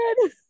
good